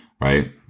right